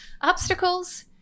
Obstacles